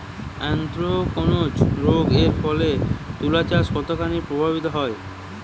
Anthracnose রোগ এর ফলে তুলাচাষ কতখানি প্রভাবিত হয়?